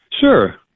Sure